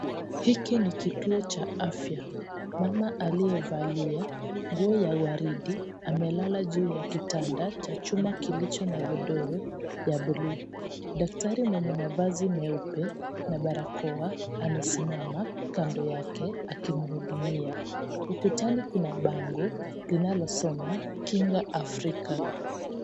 Hiki ni kituo cha afya. Mama aliyevalia nguo ya waridi amelala juu ya kitanda cha chuma kilicho na godoro ya bluu. Daktari mwenye mavazi meupe na barakoa amesimama kando yake akimhudumia. Ukutani kuna bango linalosoma 'Kinga Afrika'.